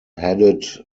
headed